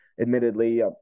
admittedly